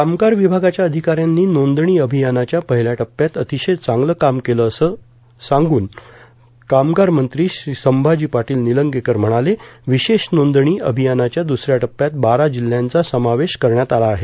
कामगार विभागाच्या अधिकाऱ्यांनी नोंदणी अभियानाच्या पहिल्या टप्प्यात अतिशय चांगलं काम केलं असं सांगून कामगार मंत्री श्री संभाजी पाटील निलंगेकर म्हणाले विशेष नोंदणी अभियानाच्या दुसऱ्या टप्प्यात बारा जिल्ह्यांचा समावेश करण्यात आला आहे